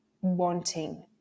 wanting